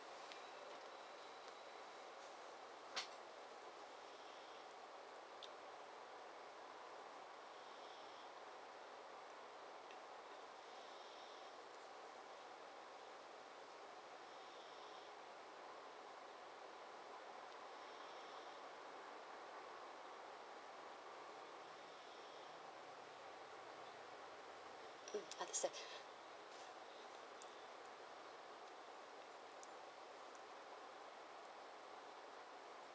um understand